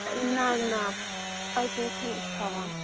نہ نہ پایپِنٛگ چھِنہٕ أسۍ تھاوان